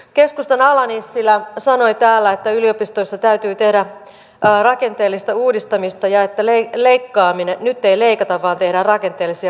keskustan ala nissilä sanoi täällä että yliopistoissa täytyy tehdä rakenteellista uudistamista ja että nyt ei leikata vaan tehdään rakenteellisia uudistuksia